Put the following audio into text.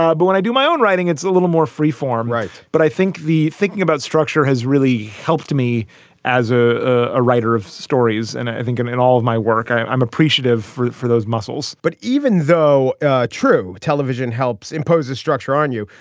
but when i do my own writing, it's a little more freeform. right. but i think the thinking about structure has really helped me as ah a writer of stories. and i think in in all of my work, i'm appreciative for for those muscles but even though ah true television helps impose a structure on you,